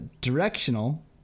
directional